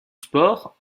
sport